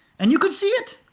and you could see it!